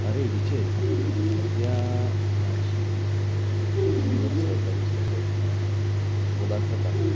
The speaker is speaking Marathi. अरे विजय उद्या माझी सेवक सहकारी सोसायटीत मुलाखत आहे